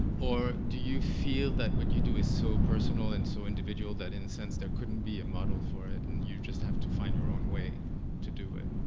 or do you feel that what you do is so personal and so individual that in a sense there couldn't be a model for it and you just have to find your own way to do it?